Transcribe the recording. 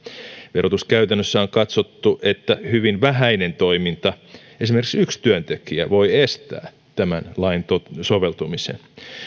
verotuskäytännössä on katsottu että hyvin vähäinen toiminta esimerkiksi yksi työntekijä voi estää tämän lain soveltumisen